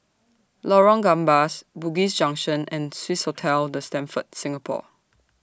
Lorong Gambas Bugis Junction and Swissotel The Stamford Singapore